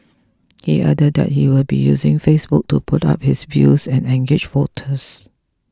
he added that he will be using Facebook to put up his views and engage voters